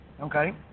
okay